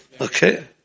Okay